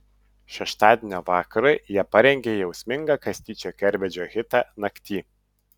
šeštadienio vakarui jie parengė jausmingą kastyčio kerbedžio hitą nakty